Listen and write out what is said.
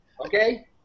Okay